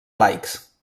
laics